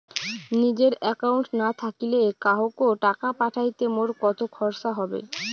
নিজের একাউন্ট না থাকিলে কাহকো টাকা পাঠাইতে মোর কতো খরচা হবে?